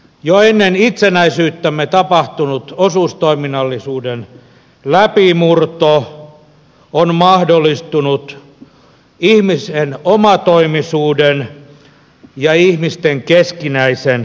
jo ennen itsenäisyyttämme tapahtunut osuustoiminnallisuuden läpimurto on mahdollistunut ihmisten omatoimisuuden ja ihmisten keskinäisen yhteistyön kautta